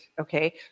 okay